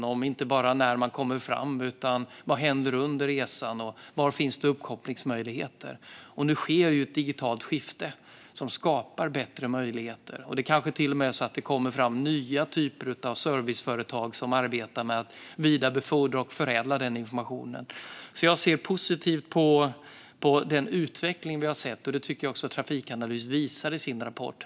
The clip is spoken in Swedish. Det gäller inte bara när man kommer fram utan också vad som händer under resan. Var finns det uppkopplingsmöjligheter? Nu sker ett digitalt skifte som skapar bättre möjligheter. Det kanske till och med är så att det kommer fram nya typer av serviceföretag som arbetar med att vidarebefordra och förädla den informationen. Jag ser positivt på den utveckling vi har sett. Det tycker jag också att Trafikanalys visar i sin rapport.